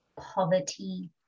poverty